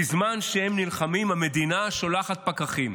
בזמן שהם נלחמים, המדינה שולחת פקחים,